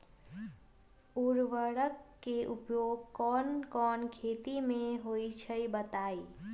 उर्वरक के उपयोग कौन कौन खेती मे होई छई बताई?